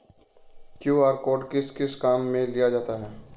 QR code किस किस काम में लिया जाता है?